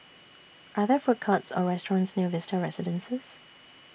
Are There Food Courts Or restaurants near Vista Residences